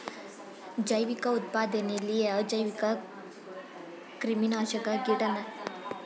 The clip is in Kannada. ಜೈವಿಕ ಉತ್ಪಾದನೆಲಿ ಅಜೈವಿಕಕ್ರಿಮಿನಾಶಕ ಕೀಟನಾಶಕ ಹಾಗು ಸಸ್ಯನಾಶಕ ಬಳಕೆನ ನಿರ್ಬಂಧಿಸಿದ್ದು ಕಡೆಯ ಸಾಧನವಾಗಿ ಉಳಿಸಲಾಗಿದೆ